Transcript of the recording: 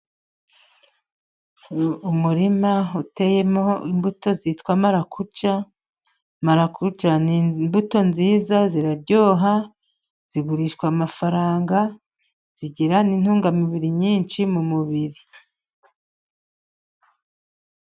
Umurima uteyemo imbuto zitwa Marakuja . Marakuja ni imbuto nziza ,ziraryoha zigurishwa amafaranga, zigira n' intungamubiri nyinshi mu mubiri.